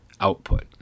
output